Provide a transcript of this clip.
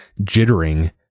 jittering